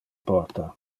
porta